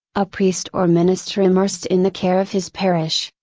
a priest or minister immersed in the care of his parish,